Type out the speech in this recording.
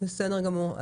בסדר גמור.